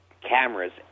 Cameras